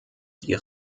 die